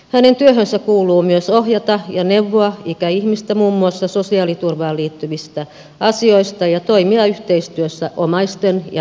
hänen työhönsä kuuluu myös ohjata ja neuvoa ikäihmistä muun muassa sosiaaliturvaan liittyvissä asioissa ja toimia yhteistyössä omaisten ja läheisten kesken